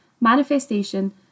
manifestation